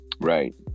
Right